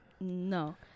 No